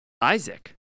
Isaac